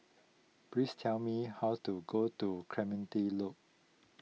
please tell me how to get to Clementi Loop